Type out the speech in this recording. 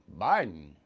Biden